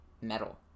metal